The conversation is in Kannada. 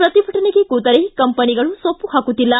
ಪ್ರತಿಭಟನೆಗೆ ಕೂತರೆ ಕಂಪನಿಗಳು ಸೊಪ್ಪು ಹಾಕುತ್ತಿಲ್ಲ